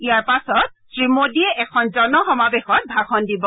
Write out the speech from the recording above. ইয়াৰ পাছত শ্ৰী মোডীয়ে এখন জনসমাৱেশত ভাষণ দিব